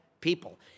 people